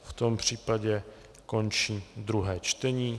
V tom případě končím druhé čtení.